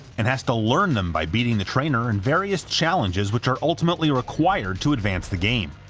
and has to learn them by beating the trainer in various challenges which are ultimately required to advance the game.